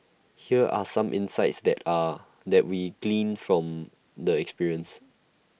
here are some insights that are that we gleaned from the experience